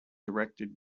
erected